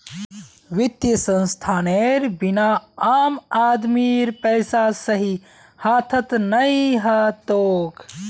वित्तीय संस्थानेर बिना आम आदमीर पैसा सही हाथत नइ ह तोक